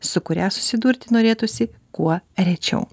su kuria susidurti norėtųsi kuo rečiau